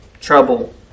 trouble